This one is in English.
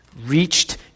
reached